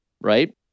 Right